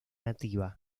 nativa